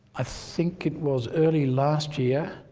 ah think it was early last year